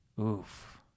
Oof